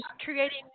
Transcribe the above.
creating